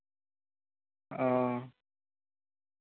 ᱚ